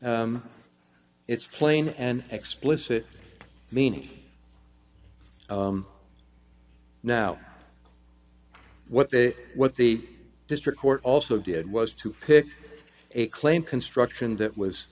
it's plain and explicit meaning now what the what the district court also did was to pick a claim construction that was